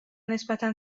نسبتا